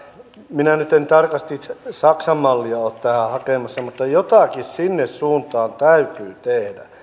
minä nyt en tarkasti saksan mallia ole tähän hakemassa mutta jotakin sinne suuntaan täytyy tehdä